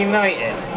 United